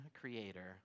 creator